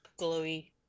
glowy